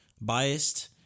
biased